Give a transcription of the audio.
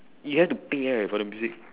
you have to pay right for the music